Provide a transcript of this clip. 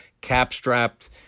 cap-strapped